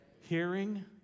hearing